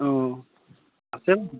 অঁ আছে